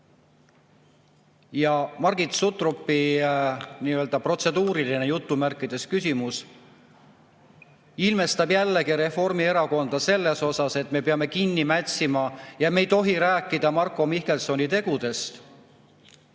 Ja Margit Sutropi "protseduuriline" küsimus ilmestab jällegi Reformierakonda selles osas, et me peame kinni mätsima ja me ei tohi rääkida Marko Mihkelsoni tegudest.